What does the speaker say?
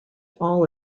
all